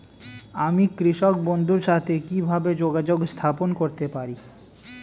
আমি কৃষক বন্ধুর সাথে কিভাবে যোগাযোগ স্থাপন করতে পারি?